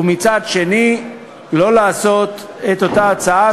ומצד שני לא לקבל את אותה הצעה,